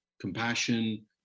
compassion